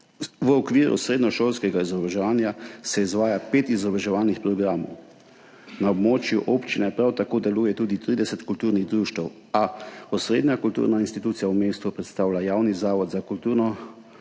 V okviru srednješolskega izobraževanja se izvaja pet izobraževalnih programov. Na območju občine prav tako deluje tudi 30 kulturnih društev, a osrednjo kulturno institucijo v mestu predstavlja javni Zavod za kulturo